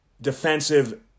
defensive